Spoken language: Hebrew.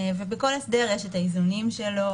ובכל הסדר יש את האיזונים שלו,